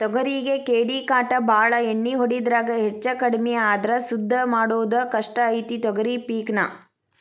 ತೊಗರಿಗೆ ಕೇಡಿಕಾಟ ಬಾಳ ಎಣ್ಣಿ ಹೊಡಿದ್ರಾಗ ಹೆಚ್ಚಕಡ್ಮಿ ಆದ್ರ ಸುದ್ದ ಮಾಡುದ ಕಷ್ಟ ಐತಿ ತೊಗರಿ ಪಿಕ್ ನಾ